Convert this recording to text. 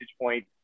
point